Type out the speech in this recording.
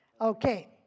okay